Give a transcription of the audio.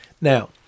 Now